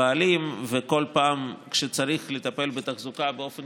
ואז בכל פעם שצריך לטפל בתחזוקה באופן